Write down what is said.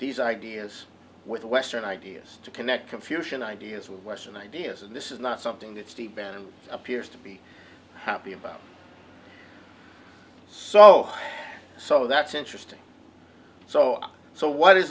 these ideas with western ideas to connect confucian ideas with western ideas and this is not something that steve benen appears to be happy about so so that's interesting so so what is